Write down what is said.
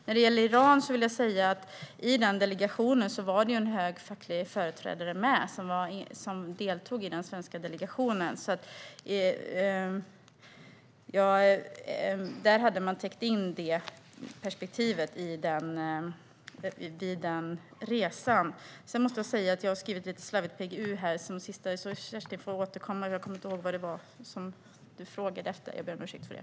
När det gäller Iran var det en hög facklig företrädare som deltog i den svenska delegationen, så man hade täckt in det perspektivet i besöket där. Jag har lite slarvigt skrivit PGU som sista resurs. Kerstin Lundgren får återkomma. Jag kommer inte ihåg vad du frågade om och ber om ursäkt för det.